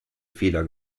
fehler